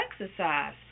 exercise